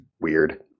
weird